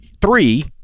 three